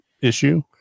issue